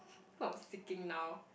kind of seeking now